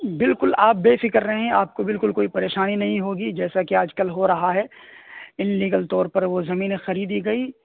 بالکل آپ بےفکر رہیں آپ کو بالکل کوئی پریشانی نہیں ہوگی جیسا کہ آج کل ہو رہا ہے اللینگل طور پر وہ زمینیں خریدی گئی